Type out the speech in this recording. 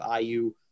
IU